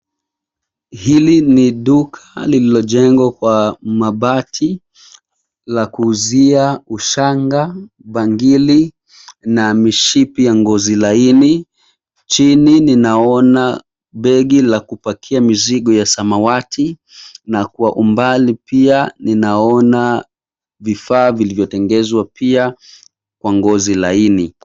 Hili ni duka lililojengwa kwa mabati la kuuzia ushanga, bangili na mishipi ya ngozi laini. Chini ninaona begi la kupakia mizigo ya samawati na kwa umbali pia ninaona vifaa vilivyotengenezwa pia kwa ngozi laini.